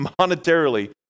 monetarily